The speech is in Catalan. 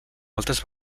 moltes